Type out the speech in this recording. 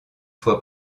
fois